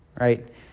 right